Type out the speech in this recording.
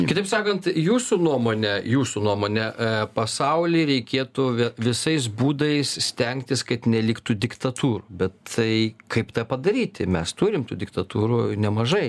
kitaip sakant jūsų nuomone jūsų nuomone pasauly reikėtų visais būdais stengtis kad neliktų diktatūrų bet tai kaip tą padaryti mes turim tų diktatūrų nemažai